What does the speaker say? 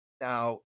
Now